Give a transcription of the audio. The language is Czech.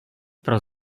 pro